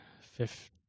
fifth